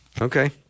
Okay